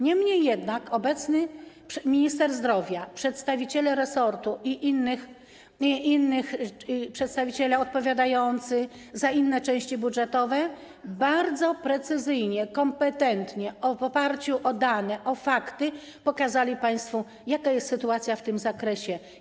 Niemniej jednak obecny minister zdrowia, przedstawiciele resortu i przedstawiciele odpowiadający za inne części budżetowe bardzo precyzyjnie, kompetentnie, w oparciu o dane, o fakty pokazali państwu, jaka jest sytuacja w tym zakresie.